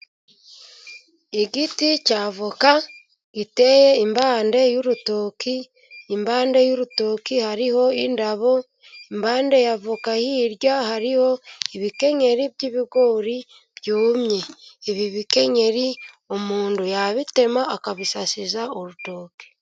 Igiti cy'avoka giteye impande y'urutoki, impande y'urutoki hariho indabo, impande y'avoka hirya hariho ibikenyeri by'ibigori byumye, ibi bikenyeri umuntu yabitema akabisasiza urutoke.